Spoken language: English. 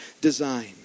design